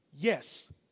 Yes